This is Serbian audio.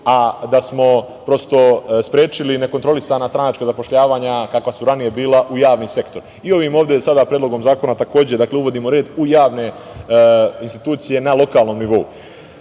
a da smo prosto sprečili nekontrolisana stranačka zapošljavanja kakva su ranije bila u javni sektor. Ovim ovde predlogom zakona takođe uvodimo red u javne institucije na lokalnom nivou. Takođe